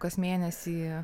kas mėnesį